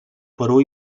perú